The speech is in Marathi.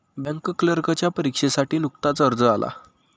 बँक क्लर्कच्या परीक्षेसाठी नुकताच अर्ज आला